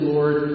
Lord